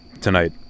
tonight